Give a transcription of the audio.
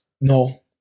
No